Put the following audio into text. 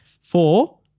Four